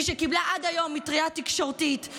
מי שקיבלה עד היום מטרייה תקשורתית,